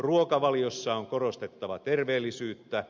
ruokavaliossa on korostettava terveellisyyttä